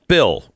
Bill